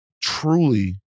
truly